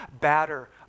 batter